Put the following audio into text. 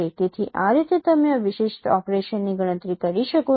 તેથી આ રીતે તમે આ વિશિષ્ટ ઓપરેશનની ગણતરી કરી શકો છો